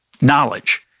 knowledge